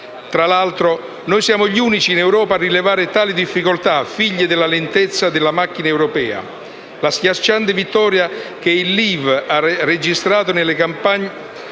Tra l'altro, non siamo gli unici in Europa a rilevare tali difficoltà, figlie della lentezza della macchina europea. La schiacciante vittoria che il Leave ha registrato nelle campagne